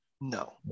No